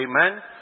Amen